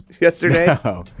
yesterday